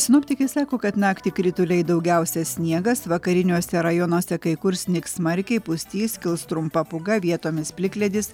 sinoptikai sako kad naktį krituliai daugiausia sniegas vakariniuose rajonuose kai kur snigs smarkiai pustys kils trumpa pūga vietomis plikledis